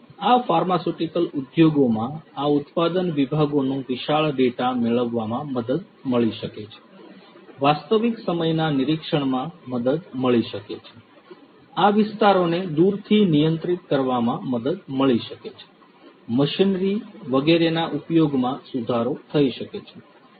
આ ફાર્માસ્યુટિકલ ઉદ્યોગો માં આ ઉત્પાદન વિભાગોનો વિશાળ ડેટા મેળવવામાં મદદ મળી શકે છે વાસ્તવિક સમયના નિરીક્ષણમાં મદદ મળી શકે છે આ વિસ્તારોને દૂરથી નિયંત્રિત કરવામાં મદદ મળી શકે છે મશીનરી વગેરેના ઉપયોગમાં સુધારો થઈ શકે છે